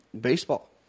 baseball